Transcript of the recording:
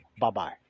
Bye-bye